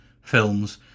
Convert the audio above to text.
films